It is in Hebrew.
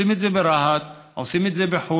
עושים את זה ברהט, עושים את זה בחורה,